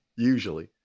Usually